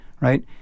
right